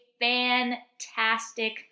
fantastic